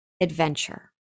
adventure